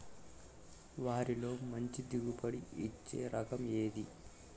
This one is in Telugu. వరిలో మంచి దిగుబడి ఇచ్చే రకం ఏది?